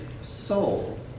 soul